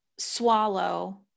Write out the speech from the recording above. swallow